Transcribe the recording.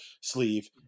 sleeve